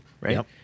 right